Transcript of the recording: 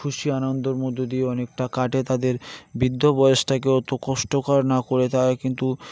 খুশি আনন্দের মধ্য দিয়ে অনেকটা কাটে তাদের বৃদ্ধ বয়সটাকে অতো কষ্টকর না করে তারা কিন্তু